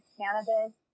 cannabis